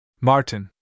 Martin